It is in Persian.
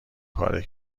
پاره